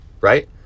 right